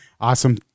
Awesome